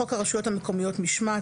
4. בחוק הרשויות המקומיות (משמעת),